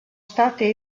state